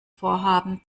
vorhaben